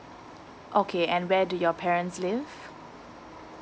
okay and where do your parents live